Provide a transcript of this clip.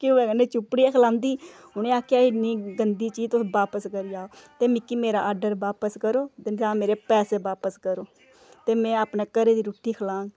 घ्यो दे कन्नै चुप्पड़ियै खलांदी उ'नें आखेआ इन्नी गंदी चीज तुस बापस करी आओ ते मिक्की मेरा आर्डर बापस करो ते जां मेरे पैसे बापस करो ते में अपने घरै दी रुट्टी खलाङ